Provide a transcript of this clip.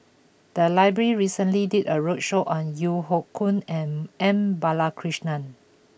the library recently did a roadshow on Yeo Hoe Koon and M Balakrishnan